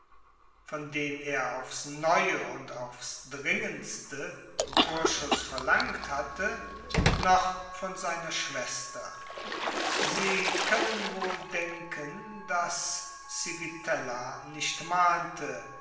von dem er aufs neue und aufs dringendste vorschuß verlangt hatte noch von seiner schwester sie können wohl denken daß civitella nicht mahnte